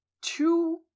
two